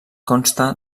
consta